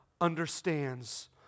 understands